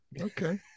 Okay